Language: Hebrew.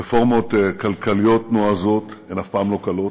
רפורמות כלכליות נועזות הן אף פעם לא קלות,